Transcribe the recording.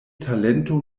talento